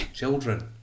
children